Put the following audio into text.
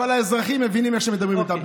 אבל האזרחים מבינים איך מדברים איתם.